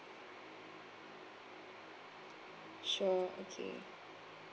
sure okay